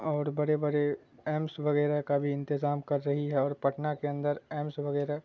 اور بڑے بڑے ایمس وغیرہ کا بھی انتظام کر رہی ہے اور پٹنا کے اندر ایمس وغیرہ